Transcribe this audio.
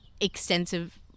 extensive